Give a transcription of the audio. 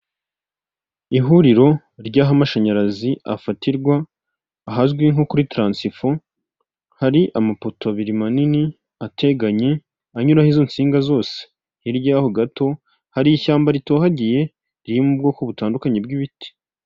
Ihuriro ry'aho amashanyarazi afatirwa, ahazwi nko kuri taransifo, hari amapoto abiri manini ateganye, anyuraho izo nsinga zose. Hirya yaho gato hari ishyamba ritohagiye, ririmo ubwoko butandukanye bw'ibiti.